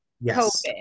yes